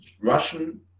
Russian